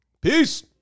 Peace